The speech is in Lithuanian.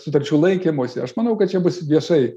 sutarčių laikymosi aš manau kad čia bus viešai